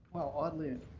well, oddly